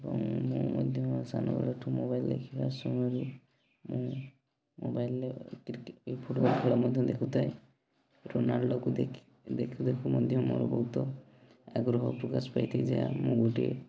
ଏବଂ ମୁଁ ମଧ୍ୟ ସାନବେଳଠୁ ମୋବାଇଲ୍ ଦେଖିବା ସମୟରୁ ମୁଁ ମୋବାଇଲ୍ରେ ଫୁଟବଲ୍ ଖେଳ ମଧ୍ୟ ଦେଖୁଥାଏ ରୋନାଲଡ଼ୋକୁ ଦେଖି ଦେଖୁ ଦେଖୁ ମଧ୍ୟ ମୋର ବହୁତ ଆଗ୍ରହ ପ୍ରକାଶ ପାଇଥାଏ ଯାହା ମୁଁ ଗୋଟିଏ